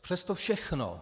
Přes to všechno,